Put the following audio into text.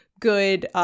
good